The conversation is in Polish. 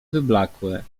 wyblakłe